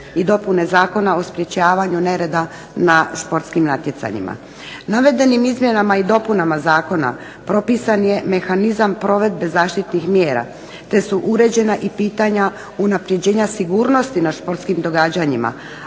i dopune Zakona o sprječavanju nereda na sportskim natjecanjima. Navedenim izmjenama i dopunama zakona propisan je mehanizam provedbe zaštitnih mjera, te su uređena i pitanja unapređenja sigurnosti na športskim događanjima,